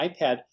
iPad